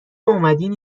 واومدین